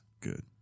Good